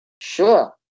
sure